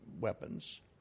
weapons—